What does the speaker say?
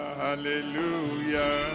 hallelujah